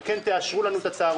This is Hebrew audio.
הבטיחו שכן יאשרו את הצהרונים,